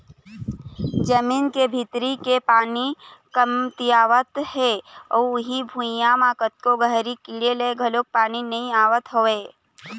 जमीन के भीतरी के पानी कमतियावत हे अउ उही भुइयां म कतको गहरी कोड़े ले घलोक पानी नइ आवत हवय